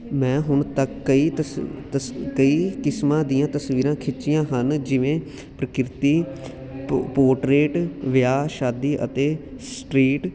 ਮੈਂ ਹੁਣ ਤੱਕ ਕਈ ਤਸ ਤਸ ਕਈ ਕਿਸਮਾਂ ਦੀਆਂ ਤਸਵੀਰਾਂ ਖਿੱਚੀਆਂ ਹਨ ਜਿਵੇਂ ਪ੍ਰਕਿਰਤੀ ਪੋ ਪੋਟਰੇਟ ਵਿਆਹ ਸ਼ਾਦੀ ਅਤੇ ਸਟਰੀਟ